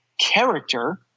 character